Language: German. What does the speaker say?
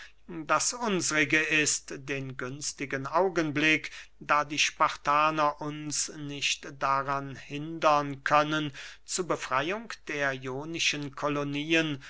das unsrige ist den günstigen augenblick da die spartaner uns nicht daran hindern können zu befreyung der ionischen kolonien